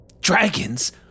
Dragons